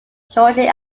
shortly